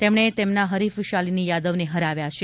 તેમણે તેમના હરીફ શાલીની યાદવને હરાવ્યા છે